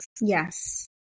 yes